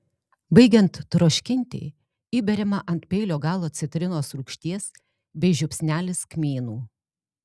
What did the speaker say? baigiant troškinti įberiama ant peilio galo citrinos rūgšties bei žiupsnelis kmynų